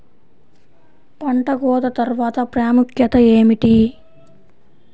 పంట కోత తర్వాత ప్రాముఖ్యత ఏమిటీ?